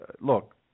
look